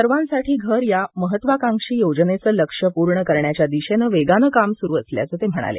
सर्वांसाठी घर या महत्वाकांक्षी योजनेचं लक्ष्य पूर्ण करण्याच्या दिशेने वेगानं काम सुरु असल्याचं ते म्हणाले